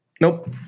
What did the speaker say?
nope